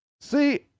See